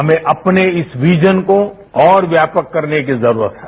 हमें अपने इस विजन को और व्यापक करने की जरूरत है